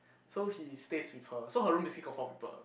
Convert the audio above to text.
so he stays with her so her room basically got four people